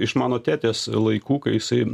iš mano tetės laikų kai jisai